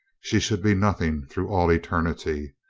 she should be nothing through all eternity,